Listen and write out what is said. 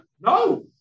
No